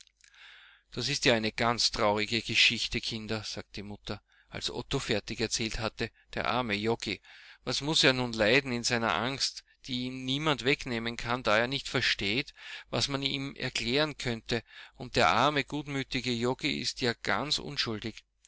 das ist ja eine ganz traurige geschichte kinder sagte die mutter als otto fertig erzählt hatte der arme joggi was muß er nun leiden in seiner angst die ihm niemand wegnehmen kann da er nicht versteht was man ihm erklären könnte und der arme gutmütige joggi ist ja ganz unschuldig